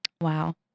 Wow